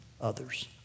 others